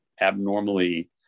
abnormally